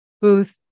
Booth